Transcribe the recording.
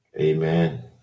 Amen